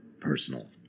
Personal